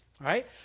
right